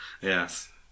yes